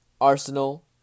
Arsenal